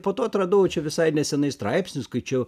po to atradau čia visai nesenai straipsnį skaičiau